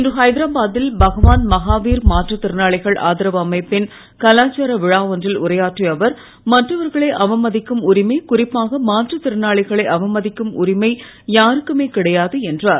இன்று ஹைதராபா தில் பகவான் மகாவீர் மாற்றுத்திறனாளிகள் ஆதரவு அமைப்பின் கலாச்சார விழா ஒன்றில் உரையாற்றிய அவர் மற்றவர்களை அவமதிக்கும் உரிமை குறிப்பாக மாற்றுத்திறனாளிகளை அவமதிக்கும் உரிமை யாருக்குமே கிடையாது என்றார்